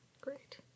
Great